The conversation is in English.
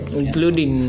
including